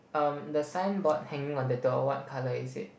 um the signboard hanging on the door what colour is it